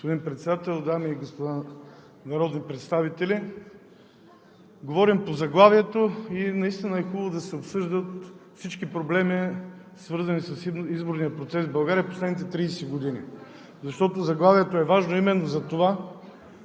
Господин Председател, дами и господа народни представители! Говорим по заглавието и наистина е хубаво да се обсъждат всички проблеми, свързани с изборния процес в България в последните 30 години. Заглавието е важно не само